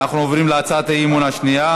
אנחנו עוברים להצעת האי-אמון השנייה,